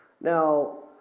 Now